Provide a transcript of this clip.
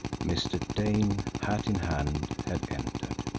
mr. dane, hat in hand, had entered.